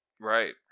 Right